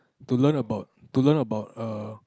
to learn about to learn about err